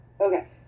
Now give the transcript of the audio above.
Okay